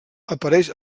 apareix